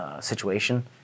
situation